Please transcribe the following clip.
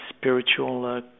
spiritual